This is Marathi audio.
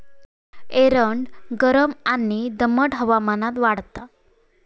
एरंड गरम आणि दमट हवामानात वाढता